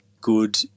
good